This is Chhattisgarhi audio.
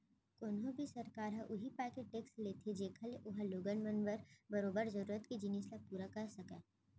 कोनो भी सरकार ह उही पाय के टेक्स लेथे जेखर ले ओहा लोगन मन बर बरोबर जरुरत के जिनिस ल पुरा कर सकय